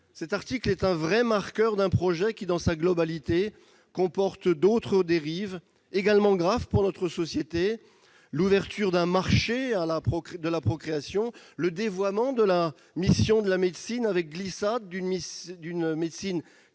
cet article est le vrai marqueur d'un projet de loi qui, dans sa globalité, comporte d'autres dérives également graves pour notre société : l'ouverture d'un marché de la procréation, le dévoiement de la mission de la médecine, avec un glissement d'une médecine